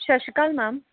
ਸਤਿ ਸ਼੍ਰੀ ਅਕਾਲ ਮੈਮ